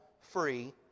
free